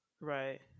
Right